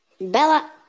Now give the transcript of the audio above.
Bella